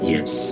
Yes